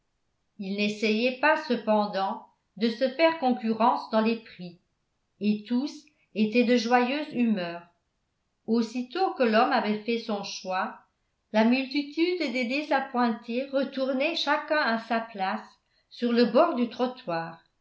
ils n'essayaient pas cependant de se faire concurrence dans les prix et tous étaient de joyeuse humeur aussitôt que l'homme avait fait son choix la multitude des désappointés retournaient chacun à sa place sur le bord du trottoir